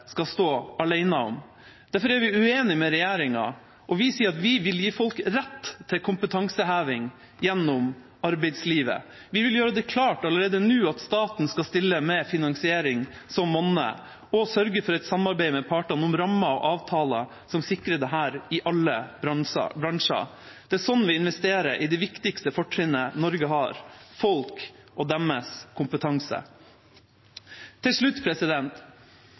skal stå alene om. Derfor er vi uenig med regjeringa, og vi sier at vi vil gi folk rett til kompetanseheving gjennom arbeidslivet. Vi vil gjøre det klart allerede nå at staten skal stille med finansiering som monner, og sørge for et samarbeid med partene om rammer og avtaler som sikrer dette i alle bransjer. Det er sånn vi investerer i det viktigste fortrinnet Norge har: folk og deres kompetanse. Til slutt: